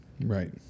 Right